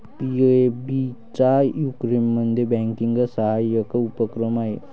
PNB चा यूकेमध्ये banking सहाय्यक उपक्रम आहे